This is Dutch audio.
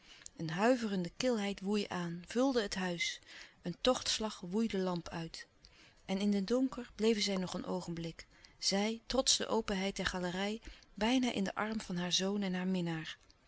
een huiverende kilheid woei aan vulde het huis een tochtslag woei de lamp uit en in den donker bleven zij nog een oogenblik zij trots de openheid der galerij bijna in den arm van haar zoon en haar minnaar